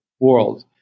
world